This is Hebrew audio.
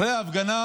אחרי ההפגנה